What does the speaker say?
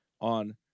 on